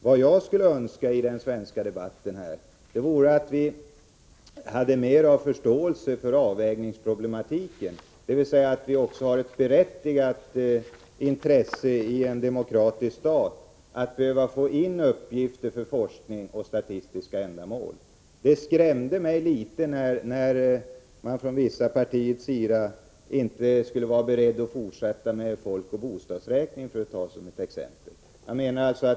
Vad jag skulle önska i den svenska debatten var att man hade större förståelse för avvägningsproblematiken, dvs. insåg att det i en demokratisk stat också finns ett berättigat intresse av att få in uppgifter för forskning och statistiska ändamål. Det skrämde mig litet när man från vissa partiers sida inte var beredd att fortsätta med folkoch bostadsräkningen, för att ta ett exempel.